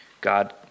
God